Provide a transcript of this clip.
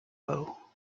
law